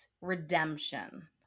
redemption